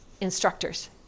instructors